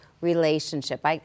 relationship